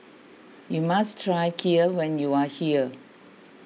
you must try Kheer when you are here